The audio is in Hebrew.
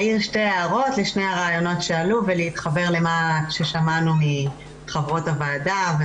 הערות לשני הרעיונות שעלו ולהתחבר למה ששמענו מחברות הוועדה,